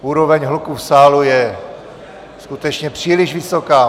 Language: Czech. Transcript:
Úroveň hluku v sále je skutečně příliš vysoká.